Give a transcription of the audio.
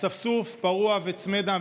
אספסוף פרוע וצמא דם,